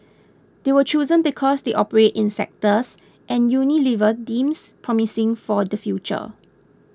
they were chosen because they operate in sectors and Unilever deems promising for the future